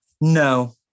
no